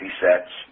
sets